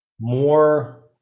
more